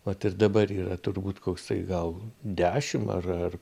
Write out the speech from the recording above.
vat ir dabar yra turbūt koksai gal dešim ar ar